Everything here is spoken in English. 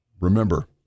Remember